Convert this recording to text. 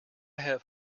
have